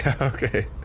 Okay